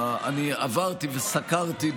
עברתי וסקרתי,